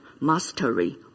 mastery